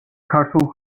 ქართულ